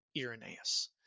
Irenaeus